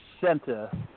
center